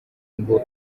ngo